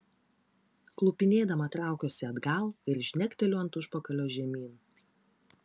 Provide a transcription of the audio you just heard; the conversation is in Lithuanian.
klupinėdama traukiuosi atgal ir žnekteliu ant užpakalio žemyn